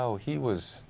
so he was